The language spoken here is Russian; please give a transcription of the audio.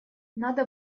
надо